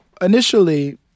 initially